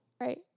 Right